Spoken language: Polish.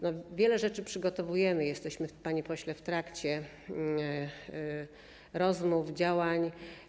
No, wiele rzeczy przygotowujemy, jesteśmy, panie pośle, w trakcie rozmów, działań.